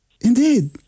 Indeed